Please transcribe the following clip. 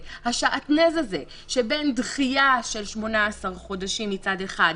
השעטנז הזה שבין דחייה של 18 חודשים מצד אחד,